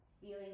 feeling